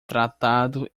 tratado